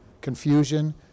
confusion